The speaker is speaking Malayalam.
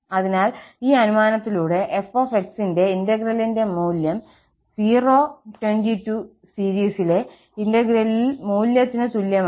അതിനാൽ ഈ അനുമാനത്തിലൂടെf ന്റെ ഇന്റഗ്രലിന്റെ മൂല്യം 2200 സീരീസിലെ ഇന്റഗ്രലിന്റെ മൂല്യത്തിന് തുല്യമാണ്